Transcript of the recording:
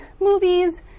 movies